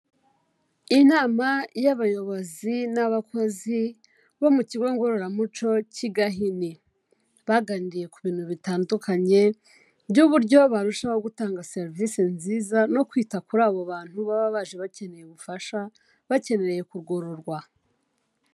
Inama y'abayobozi n'abakozi bo mu kigo ngororamuco cy'i Gahini. Baganiriye ku bintu bitandukanye by'uburyo barushaho gutanga serivise nziza no kwita kuri abo bantu baba baje bakeneye ubufasha, bakeneye kugororwa.